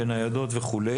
וניידות וכו'.